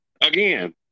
Again